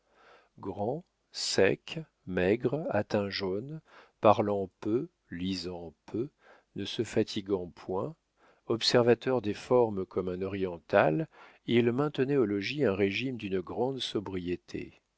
grand sec maigre à teint jaune parlant peu lisant peu ne se fatiguant point observateur des formes comme un oriental il maintenait au logis un régime d'une grande sobriété